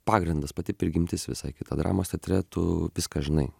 pagrindas pati prigimtis visai kita dramos teatre tu viską žinai